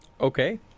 Okay